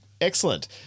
Excellent